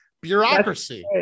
Bureaucracy